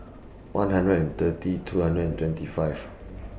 one hundred and thirty two hundred and twenty five